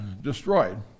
destroyed